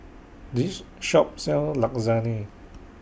This Shop sells Lasagne